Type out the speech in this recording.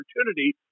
opportunity